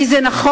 כי זה נכון,